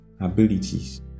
abilities